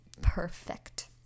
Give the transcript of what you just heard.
perfect